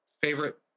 favorite